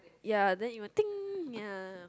ya then you will !ting! ya